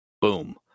Boom